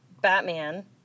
Batman